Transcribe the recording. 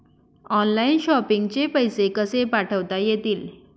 Online shopping चे पैसे कसे पाठवता येतील?